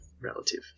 relative